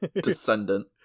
descendant